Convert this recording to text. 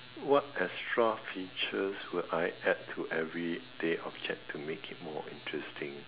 what extra features would I add to everyday object to make it more interesting